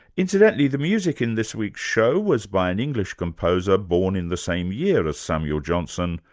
incidentally, the music in this week's show was by an english composer born in the same year as samuel johnson,